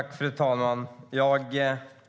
Fru talman!